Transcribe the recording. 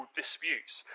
disputes